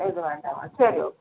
இது வேண்டாமா சரி ஓகே